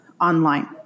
online